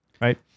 right